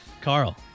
Carl